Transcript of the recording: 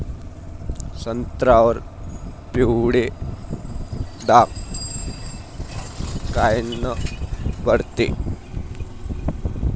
संत्र्यावर पिवळे डाग कायनं पडते?